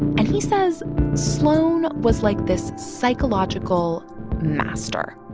and he says sloan was like this psychological master.